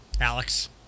Alex